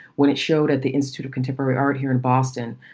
when it showed at the institute of contemporary art here in boston,